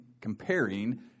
comparing